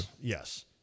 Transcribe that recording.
Yes